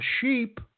sheep